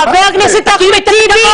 חבר הכנסת אחמד טיבי,